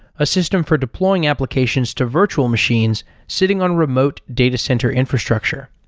a system for deploying applications to virtual machines sitting on remote data center infrastructure.